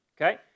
Okay